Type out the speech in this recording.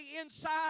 inside